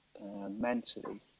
mentally